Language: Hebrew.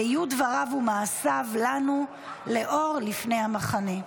ויהיו דבריו ומעשיו לנו לאור לפני המחנה.